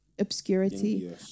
Obscurity